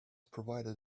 provided